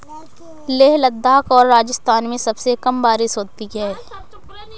लेह लद्दाख और राजस्थान में सबसे कम बारिश होती है